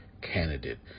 candidate